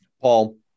Paul